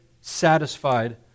satisfied